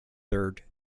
third